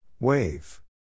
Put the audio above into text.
Wave